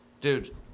Dude